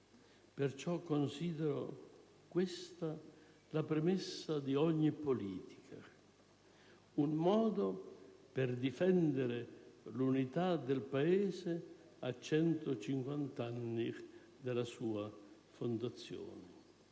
Perciò considero questa la premessa di ogni politica, un modo per difendere l'unità del Paese a 150 anni dalla sua fondazione,